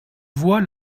voix